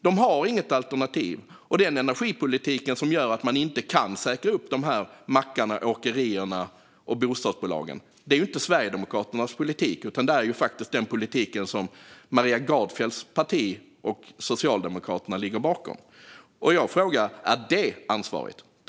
De har inget alternativ. Den energipolitik som gör att det inte går att säkra upp mackarna, åkerierna och bostadsbolagen är inte Sverigedemokraternas politik, utan det är den politik som Maria Gardfjells parti och Socialdemokraterna ligger bakom. Är det ansvarigt?